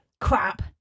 Crap